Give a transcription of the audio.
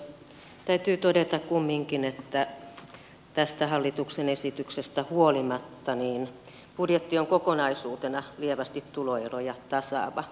täytyy todeta kumminkin että tästä hallituksen esityksestä huolimatta budjetti on kokonaisuutena lievästi tuloeroja tasaava